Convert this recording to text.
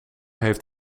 heeft